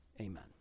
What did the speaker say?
Amen